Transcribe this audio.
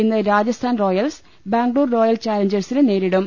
ഇന്ന് Rajasthan Royals Bangalore Royal ചലഞ്ചേഴ്സിനെ നേരിടും